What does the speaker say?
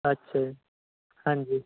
ਅੱਛਾ ਜੀ ਹਾਂਜੀ